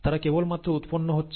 তারা কেবলমাত্র উৎপন্ন হচ্ছে